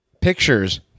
pictures